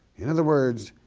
in other words,